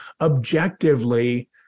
objectively